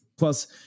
Plus